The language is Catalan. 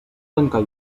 tancar